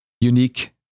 unique